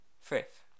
fifth